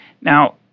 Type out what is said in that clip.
Now